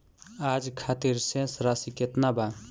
आज खातिर शेष राशि केतना बा?